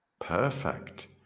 Perfect